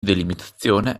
delimitazione